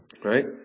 Right